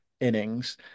innings